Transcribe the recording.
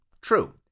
true